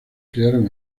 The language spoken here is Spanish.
crearon